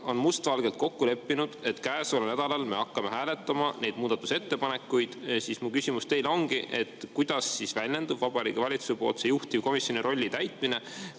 on mustvalgelt kokku leppinud, et käesoleval nädalal me hakkame hääletama neid muudatusettepanekuid, siis mu küsimus ongi, et kuidas väljendub Vabariigi Valitsuse poolt juhtivkomisjoni rolli täitmine,